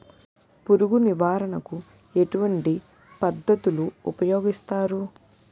పురుగు నివారణ కు ఎటువంటి పద్ధతులు ఊపయోగిస్తారు?